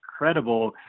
incredible